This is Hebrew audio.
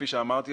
כפי שאמרתי,